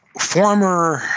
Former